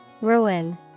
Ruin